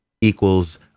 equals